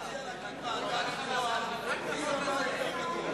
אני מציע להקים ועדה שתקבע מי,